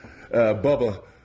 Bubba